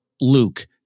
Luke